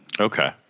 Okay